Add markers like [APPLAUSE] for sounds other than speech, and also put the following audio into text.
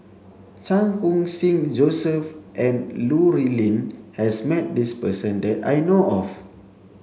Chan Khun Sing Joseph and [UNINTELLIGIBLE] has met this person that I know of